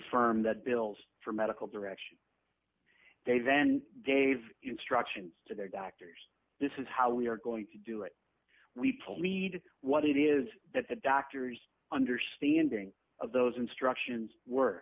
firm that bills for medical direction they then gave instructions to their doctors this is how we are going to do it we plead what it is that the doctors understanding of those instructions were